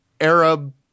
Arab